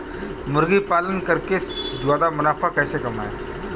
मुर्गी पालन करके ज्यादा मुनाफा कैसे कमाएँ?